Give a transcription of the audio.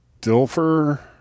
Dilfer